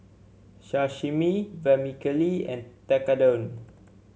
Sashimi Vermicelli and Tekkadon